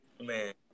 man